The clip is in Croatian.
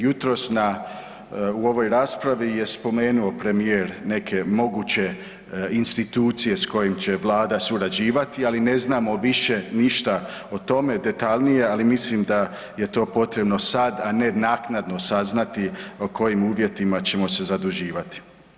Jutros u ovoj raspravi je spomenuo premijer neke moguće institucije s kojim će Vlada surađivati, ali ne znamo više ništa o tome detaljnije, ali mislim da je to potrebno sad, a ne naknadno saznati po kojim uvjetima ćemo se zaduživati.